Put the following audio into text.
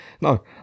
No